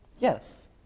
Yes